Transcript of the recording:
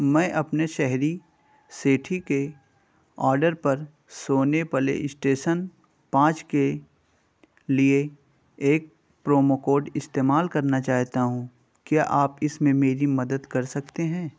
میں اپنے شہری سیٹھی کے آرڈر پر سونے پلے اسٹیشن پانچ کے لیے ایک پرومو کوڈ استعمال کرنا چاہتا ہوں کیا آپ اس میں میری مدد کر سکتے ہیں